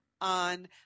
on